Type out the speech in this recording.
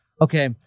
Okay